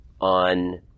on